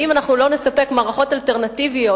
ואם אנחנו לא נספק מערכות אלטרנטיביות,